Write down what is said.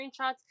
screenshots